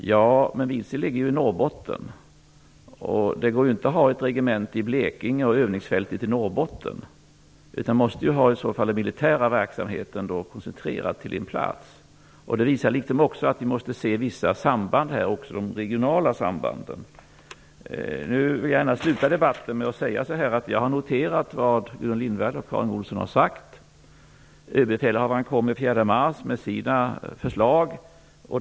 Men Vidsel ligger i Norrbotten. Det går inte att ha ett regemente i Blekinge och övningsfältet i Norrbotten. Man måste i så fall ha den militära verksamheten koncentrerad till en plats. Det visar också att vi här måste se vissa samband, och även regionala samband. Jag vill gärna sluta debatten med att säga att jag har noterat vad Gudrun Lindvall och Karin Olsson har sagt. Överbefälhavaren kommer den 4 mars med sina förslag.